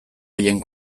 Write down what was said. haien